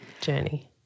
journey